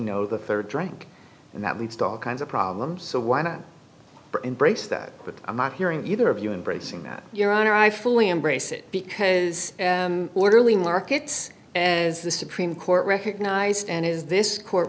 no the rd drink and that leads to all kinds of problems so why not embrace that but i'm not hearing either of you and bracing that your honor i fully embrace it because orderly markets and as the supreme court recognized and is this court